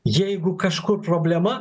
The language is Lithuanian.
jeigu kažkur problema